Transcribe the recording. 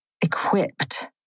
equipped